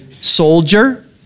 soldier